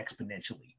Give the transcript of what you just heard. exponentially